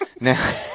now